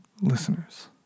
listeners